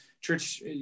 church